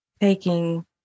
taking